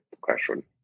question